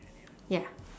ya